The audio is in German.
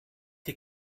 die